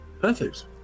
Perfect